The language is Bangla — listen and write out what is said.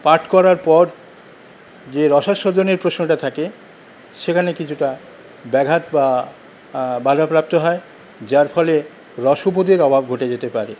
পাঠ করার পর যে রসস্বাদনের প্রশ্নটা থাকে সেখানে কিছুটা ব্যাঘাত বা বাধাপ্রাপ্ত হয় যার ফলে রসবোধের অভাব ঘটে যেতে পারে